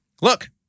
Look